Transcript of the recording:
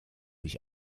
sich